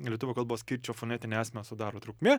lietuvių kalbos kirčo fonetinę esmę sudaro trukmė